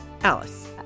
Alice